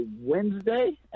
Wednesday